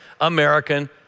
American